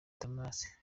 thomas